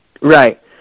Right